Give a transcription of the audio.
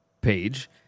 page